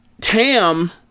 Tam